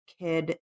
kid